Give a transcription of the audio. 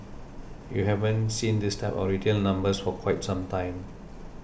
you haven't seen this type of retail numbers for quite some time